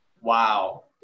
Wow